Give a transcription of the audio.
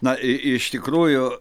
na i i iš tikrųjų